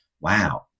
wow